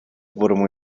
formó